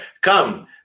come